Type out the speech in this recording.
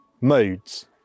modes